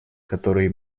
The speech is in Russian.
который